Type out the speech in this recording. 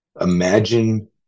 Imagine